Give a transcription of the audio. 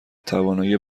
توانایی